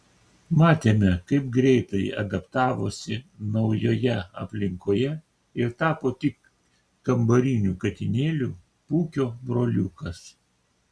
matėme kaip greitai adaptavosi naujoje aplinkoje ir tapo tik kambariniu katinėliu pūkio broliukas